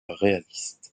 réaliste